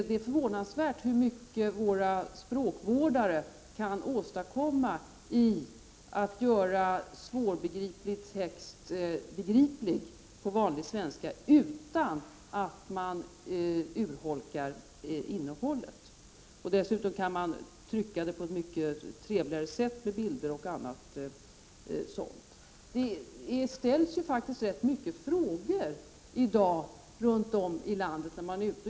Det är förvånansvärt hur mycket våra språkvårdare kan åstadkomma när det gäller att göra svårbegriplig text begriplig på vanlig svenska, utan att innehållet urholkas. Dessutom kan man trycka materialet på ett mycket trevligare sätt med t.ex. bilder. Det ställs faktiskt rätt mycket frågor i dag när man är ute i landet och reser.